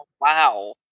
Wow